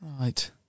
Right